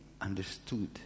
understood